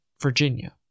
Virginia